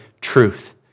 truth